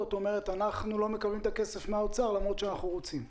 או שאתם לא מקבלים את הכסף שאתם רוצים מהאוצר?